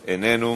איננו.